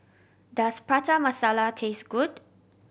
does Prata Masala taste good